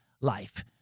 life